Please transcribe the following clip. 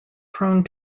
prone